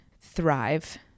thrive